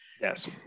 Yes